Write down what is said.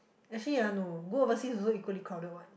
actually ya no go overseas also equally crowded one